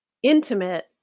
intimate